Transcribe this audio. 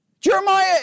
Jeremiah